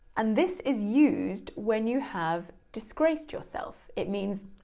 and this is used when you have disgraced yourself. it means,